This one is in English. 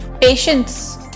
patience